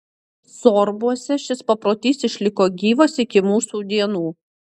sorbuose šis paprotys išliko gyvas iki mūsų dienų